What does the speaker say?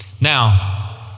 Now